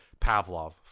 Pavlov